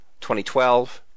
2012